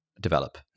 develop